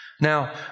Now